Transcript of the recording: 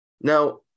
Now